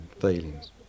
failings